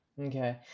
okay